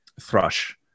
Thrush